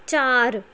ਚਾਰ